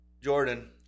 Jordan